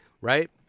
right